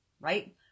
right